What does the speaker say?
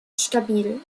stabil